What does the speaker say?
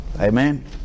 Amen